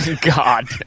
God